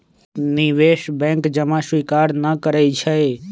निवेश बैंक जमा स्वीकार न करइ छै